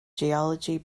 geology